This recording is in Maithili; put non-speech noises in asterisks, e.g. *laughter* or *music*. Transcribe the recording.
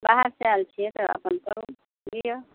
बाहर सऽ आयल छियै तऽ अपन करू *unintelligible*